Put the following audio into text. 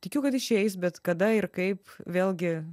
tikiu kad išeis bet kada ir kaip vėlgi